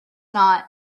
not